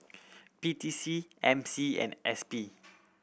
P T C M C and S P